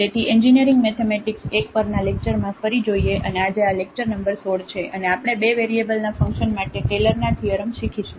તેથી engineering mathematics I પરના લેક્ચરમાં ફરી જોઈએ અને આજે આ લેક્ચર નંબર 16 છે અને આપણે બે વેરિયેબલના ફંકશન માટે ટેલરના થીઅરમ શીખીશું